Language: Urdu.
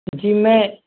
جی میں